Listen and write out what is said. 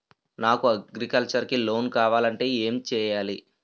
నాకు అగ్రికల్చర్ కి లోన్ కావాలంటే ఏం చేయాలి?